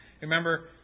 Remember